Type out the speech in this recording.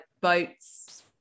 boats